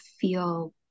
feel